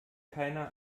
keiner